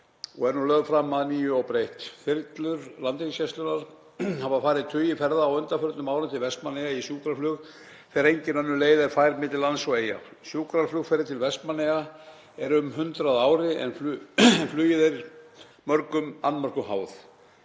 og er nú lögð fram að nýju óbreytt. Þyrlur Landhelgisgæslunnar hafa farið tugi ferða á undanförnum árum til Vestmannaeyja í sjúkraflug þegar engin önnur leið er fær milli lands og Eyja. Sjúkraflugferðir til Vestmannaeyja eru um 100 á ári en flugið er mörgum annmörkum háð.